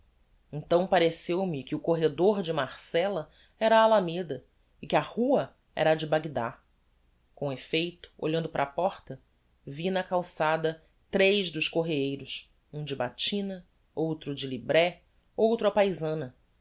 então pareceu-me que o corredor de marcella era a alameda e que a rua era a de bagdad com effeito olhando para a porta vi na calçada tres dos correeiros um de batina outro de libré outro á paisana